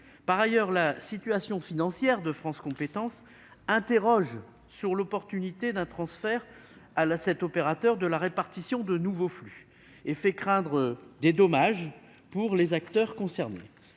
Par ailleurs, la situation financière de France compétences nous inspire des doutes quant à l'opportunité d'un transfert à cet opérateur de la répartition de nouveaux flux et fait craindre des dommages pour les acteurs concernés.